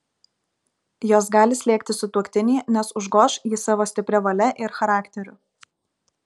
jos gali slėgti sutuoktinį nes užgoš jį savo stipria valia ir charakteriu